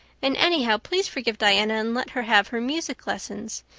and anyhow, please forgive diana and let her have her music lessons.